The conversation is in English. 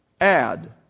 add